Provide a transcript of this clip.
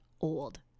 old